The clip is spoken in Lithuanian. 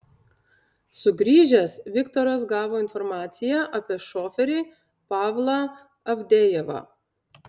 sugrįžęs viktoras gavo informaciją apie šoferį pavlą avdejevą